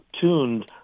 tuned